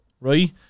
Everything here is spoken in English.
right